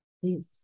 please